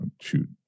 shoot